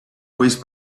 waste